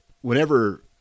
whenever